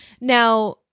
Now